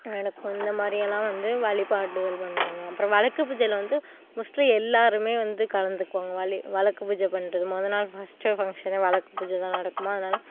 நடக்கும் இந்தமாதிரி எல்லாம் வந்து வழிபாடு இது பண்ணுவாங்க அப்புறோம் விளக்கு பூஜையில வந்து மோஸ்ட்லி எல்லாருமே வந்து கலந்துக்குவாங்க விளக்கு பூஜை பண்ணுறது முத நாள் ஃபர்ஸ்ட்டு ஃபங்ஷன்னே விளக்கு பூஜைதான் நடக்குமா அதனால்